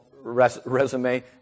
resume